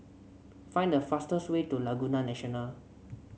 find the fastest way to Laguna National